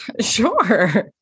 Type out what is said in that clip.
Sure